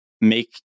make